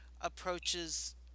approaches